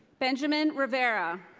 benjamin rivera.